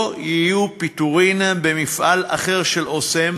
לא יהיו פיטורין במפעל אחר של "אסם"